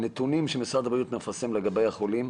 הנתונים שמשרד הבריאות מפרסם לגבי החולים,